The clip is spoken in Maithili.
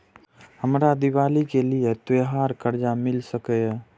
हमरा दिवाली के लिये त्योहार कर्जा मिल सकय?